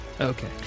Okay